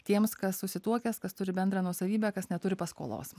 tiems kas susituokęs kas turi bendrą nuosavybę kas neturi paskolos